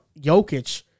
Jokic